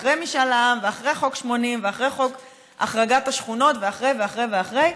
אחרי משאל העם ואחרי חוק 80 ואחרי חוק החרגת השכונות ואחרי ואחרי ואחרי,